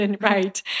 Right